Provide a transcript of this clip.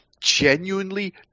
genuinely